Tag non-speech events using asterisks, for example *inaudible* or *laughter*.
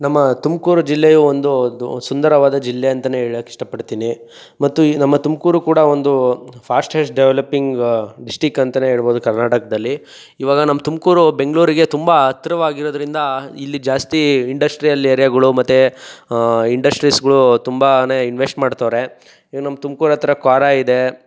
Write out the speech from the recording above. ನಮ್ಮ ತುಮಕೂರು ಜಿಲ್ಲೆಯು ಒಂದು ಒಂದು ಸುಂದರವಾದ ಜಿಲ್ಲೆ ಅಂತ ಹೇಳಕ್ ಇಷ್ಟಪಡ್ತೀನಿ ಮತ್ತು ಈ ನಮ್ಮ ತುಮಕೂರು ಕೂಡ ಒಂದು ಫಾಶ್ಟೆಶ್ಟ್ ಡೆವಲಪಿಂಗ್ ಡಿಶ್ಟಿಕ್ ಅಂತ ಹೇಳ್ಬೊದು ಕರ್ನಾಟಕದಲ್ಲಿ ಇವಾಗ ನಮ್ಮ ತುಮಕೂರು ಬೆಂಗಳೂರಿಗೆ ತುಂಬ ಹತ್ರವಾಗಿರೋದ್ರಿಂದ ಇಲ್ಲಿ ಜಾಸ್ತಿ ಇಂಡಶ್ಟ್ರಿಯಲ್ ಏರ್ಯಾಗಳು ಮತ್ತು ಇಂಡಶ್ಟ್ರೀಸ್ಗಳು ತುಂಬಾ ಇನ್ವೆಶ್ಟ್ ಮಾಡ್ತವರೆ *unintelligible* ನಮ್ಮ ತುಮಕೂರ್ ಹತ್ರ ಕ್ವಾರಾ ಇದೆ